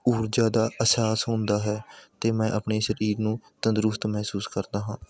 ਊਰਜਾ ਦਾ ਅਹਿਸਾਸ ਹੁੰਦਾ ਹੈ ਅਤੇ ਮੈਂ ਆਪਣੇ ਸਰੀਰ ਨੂੰ ਤੰਦਰੁਸਤ ਮਹਿਸੂਸ ਕਰਦਾ ਹਾਂ